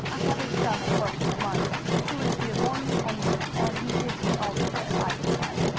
i have a son at work in the mines who is here morning and night, and he gives me all the care i require.